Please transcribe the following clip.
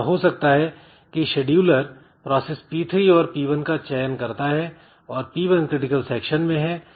ऐसा हो सकता है कि शेड्यूलर प्रोसेस P3 और P1 का चयन करता है और P1 क्रिटिकल सेक्शन में है